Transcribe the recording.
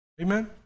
Amen